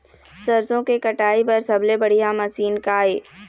सरसों के कटाई बर सबले बढ़िया मशीन का ये?